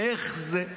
איך זה?